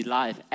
life